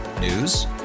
News